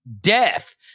death